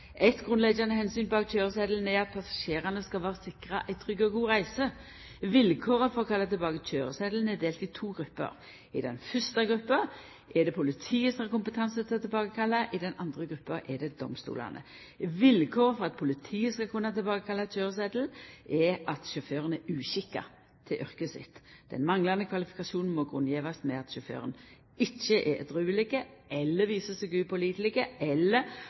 Eit grunnleggjande omsyn bak køyresetelen er at passasjerane skal vera sikra ei trygg og god reise. Vilkåra for å kalla tilbake køyresetelen er delte i to grupper. I den fyrste gruppa er det politiet som har kompetanse til å tilbakekalla. I den andre gruppa er det domstolane. Vilkåret for at politiet skal kunna tilbakekalla køyresetel, er at sjåføren er uskikka til yrket sitt. Den manglande kvalifikasjonen må grunngjevast med at sjåføren ikkje er edrueleg, viser seg upåliteleg eller